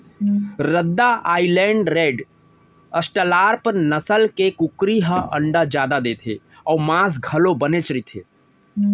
रद्दा Island Red, Australorp नसल के कुकरी ह अंडा जादा देथे अउ मांस घलोक बनेच रहिथे